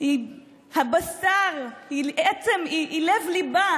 היא הבשר, היא עצם, היא לב-ליבה